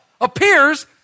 appears